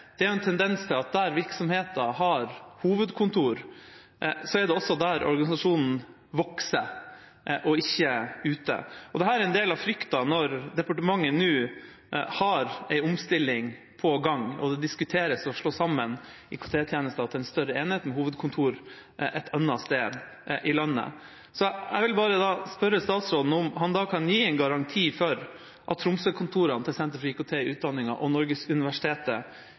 er en tendens til at der virksomheter har hovedkontor, også er der organisasjonen vokser – og ikke ute. Dette er en del av frykten når departementet nå har en omstilling på gang, og det diskuteres å slå sammen IKT-tjenester til en større enhet med hovedkontor et annet sted i landet. Jeg vil da spørre statsråden om han kan gi en garanti for at Tromsø-kontorene til Senter for IKT i utdanningen og Norgesuniversitetet